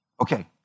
Okay